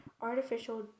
artificial